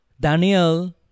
Daniel